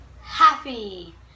Happy